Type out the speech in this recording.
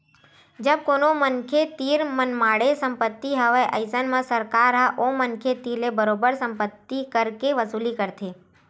जब कोनो मनखे तीर मनमाड़े संपत्ति हवय अइसन म सरकार ह ओ मनखे तीर ले बरोबर संपत्ति कर के वसूली करथे